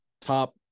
top